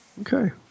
Okay